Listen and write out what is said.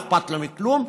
לא אכפת לו מכלום.